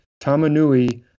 Tamanui